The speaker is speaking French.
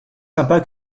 sympa